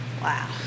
Wow